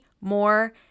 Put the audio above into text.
more